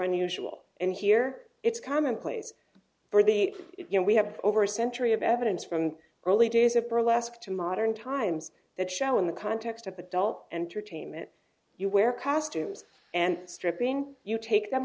unusual and here it's commonplace for the you know we have over a century of evidence from early days of burlesque to modern times that show in the context of adult entertainment you wear costumes and stripping you take them